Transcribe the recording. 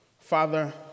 Father